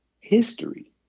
history